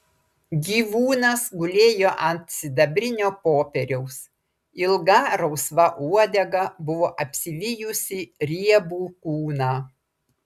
gyvūnas gulėjo ant sidabrinio popieriaus ilga rausva uodega buvo apsivijusi riebų kūną